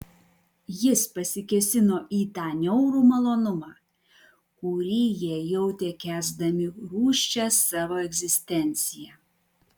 jis pasikėsino į tą niaurų malonumą kurį jie jautė kęsdami rūsčią savo egzistenciją